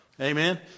Amen